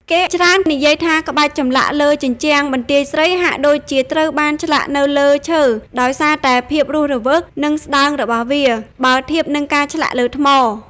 គេច្រើននិយាយថា ក្បាច់ចម្លាក់លើជញ្ជាំងបន្ទាយស្រីហាក់ដូចជាត្រូវបានឆ្លាក់នៅលើ ឈើ ដោយសារតែភាពរស់រវើក និងស្តើងរបស់វា បើធៀបនឹងការឆ្លាក់លើថ្ម។